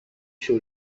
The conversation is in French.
sur